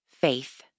faith